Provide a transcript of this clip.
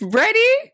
ready